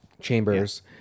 chambers